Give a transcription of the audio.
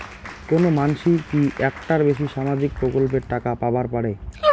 কোনো মানসি কি একটার বেশি সামাজিক প্রকল্পের টাকা পাবার পারে?